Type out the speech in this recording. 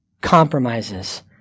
compromises